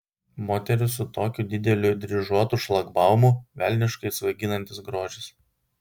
moteris su tokiu dideliu dryžuotu šlagbaumu velniškai svaiginantis grožis